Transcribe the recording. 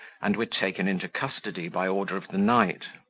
and were taken into custody by order of the knight.